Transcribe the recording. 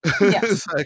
Yes